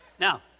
Now